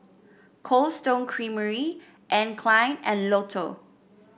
Cold Stone Creamery Anne Klein and Lotto